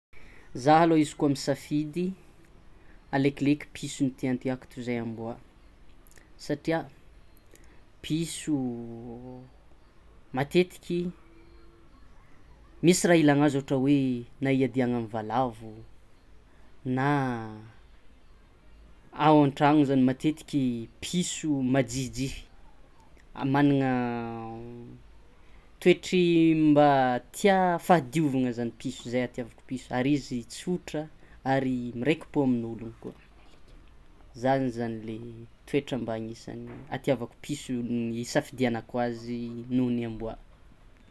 Zah aloh izy koa misafidy alekileky piso no tiatiàko toy zay amboa satria piso matetiky misy raha ilana izy na hiadiagna amy valavo na ao an-tragno zany matetiky piso majiajia magnana toetry mba tià fahadiovagna zany piso zay itiavako piso ary izy tsotra ary miraiki-po amin'ologno zany zany le toetra mba hatiavako piso isafidianako azy noho ny amboa.